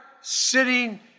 sitting